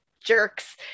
jerks